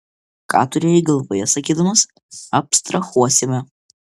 ką turėjai galvoje sakydamas abstrahuosime